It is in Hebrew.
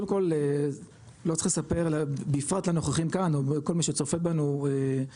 קודם כל לא צריך לספר בפרט לנוכחים כאן או בכל מי שצופה בנו בשידור,